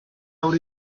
out